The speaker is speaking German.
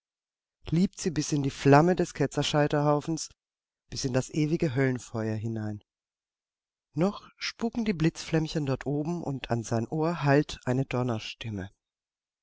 liebt sie bis in die flamme des ketzerscheiterhaufens bis in das ewige höllenfeuer hinein noch spuken die blitzflämmchen dort oben und an sein ohr hallt eine donnerstimme